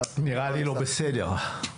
נראה לי לא בסדר,